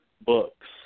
books